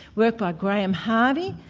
work by graham hardy,